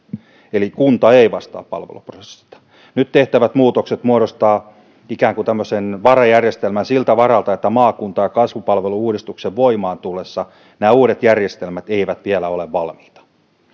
eli kunta ei vastaa palveluprosessista nyt tehtävät muutokset muodostavat ikään kuin tämmöisen varajärjestelmän siltä varalta että maakunta ja kasvupalvelu uudistuksen voimaan tullessa nämä uudet järjestelmät eivät vielä ole valmiita